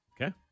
Okay